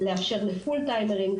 לאפשר לפול-טיימרים,